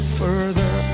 further